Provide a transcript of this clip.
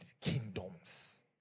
kingdoms